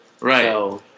Right